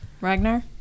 Ragnar